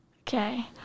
Okay